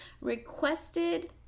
requested